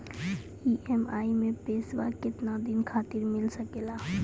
EMI मैं पैसवा केतना दिन खातिर मिल सके ला?